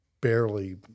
barely